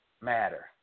Matter